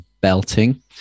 belting